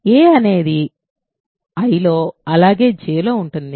a అనేది I అలాగే Jలో ఉంటుంది